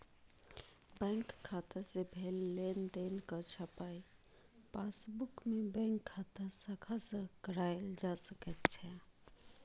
bank खाता सँ भेल लेनदेनक छपाई पासबुकमे बैंक शाखा सँ कराएल जा सकैत छै